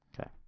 Okay